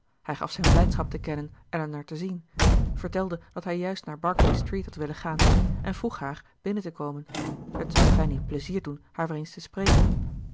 hij gaf zijn blijdschap te kennen elinor te zien vertelde dat hij juist naar berkeley street had willen gaan en vroeg haar binnen te komen het zou fanny pleizier doen haar weer eens te spreken